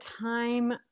time